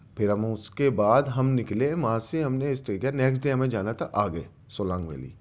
پھر ہم اس کے بعد ہم نکلے وہاں سے ہم نے اسکے نکس ڈے ہمیں جانا تھا آگے سولانگ ویلی